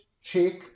shake